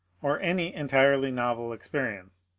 or any entirely novel experience.